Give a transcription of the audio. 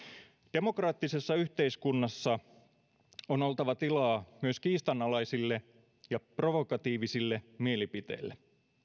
demokraattisessa yhteiskunnassa on oltava tilaa myös kiistanalaisille ja provokatiivisille mielipiteille